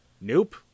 Nope